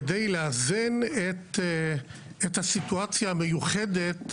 כדי לאזן את הסיטואציה המיוחדת,